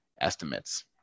estimates